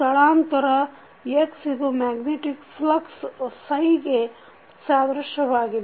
ಸ್ಥಳಾಂತರ x ಇದು magnetic flux ಗೆ ಸಾದೃಶ್ಯವಾಗಿದೆ